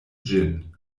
ĝin